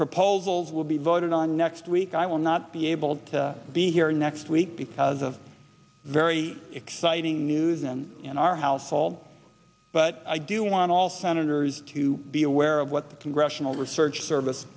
proposals will be voted on next week i will not be able to be here next week because of very exciting news in our household but i do want all senators to be aware of what the congressional research service